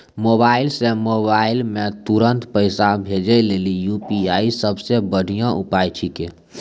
mobile से mobile मे तुरन्त पैसा भेजे लेली यू.पी.आई सबसे बढ़िया उपाय छिकै